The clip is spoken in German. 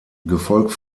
gefolgt